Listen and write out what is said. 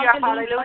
Hallelujah